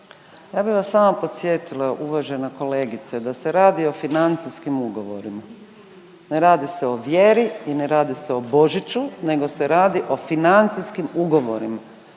Ja bih vas samo podsjetila uvažena kolegice da se radi o financijskim ugovorima, ne radi se o vjeri i ne radi se o Božiću nego se radi o financijskim ugovorima